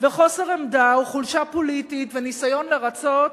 וחוסר עמדה או חולשה פוליטית וניסיון לרצות